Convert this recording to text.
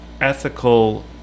ethical